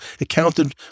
accounted